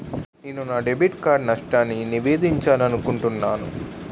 నేను నా debit card నష్టాన్ని నివేదించాలనుకుంటున్నాను